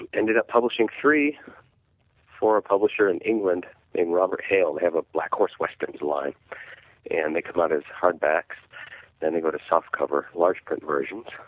and ended up publishing three for a publisher in england named robert hale who have a black horse westerns line and next one is hardback then it go to soft cover, large print versions,